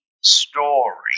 story